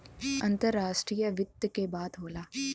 अंतराष्ट्रीय वित्त के बात होला